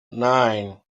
nine